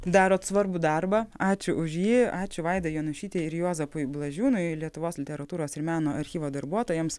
darot svarbų darbą ačiū už jį ačiū vaidai jonušytei ir juozapui blažiūnui lietuvos literatūros ir meno archyvo darbuotojams